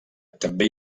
també